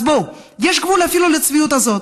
אז בואו, יש גבול אפילו לצביעות הזאת.